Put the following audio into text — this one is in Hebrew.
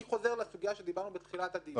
אני חוזר לסוגיה שדיברנו בתחילת הדיון,